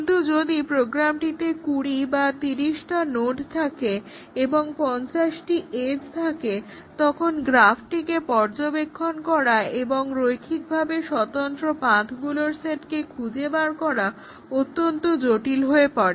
কিন্তু যদি প্রোগ্রামটিতে কুড়ি বা তিরিশটা নোড থাকে এবং 50টি এজ থাকে তখন গ্রাফটিকে পর্যবেক্ষণ করা এবং রৈখিকভাবে স্বতন্ত্র পাথগুলোর সেটকে খুঁজে বার করা অত্যন্ত জটিল হয়ে পড়ে